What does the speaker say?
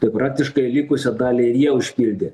tai praktiškai likusią dalį jie užpildė